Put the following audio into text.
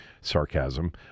Sarcasm